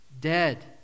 dead